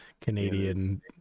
canadian